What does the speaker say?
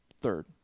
Third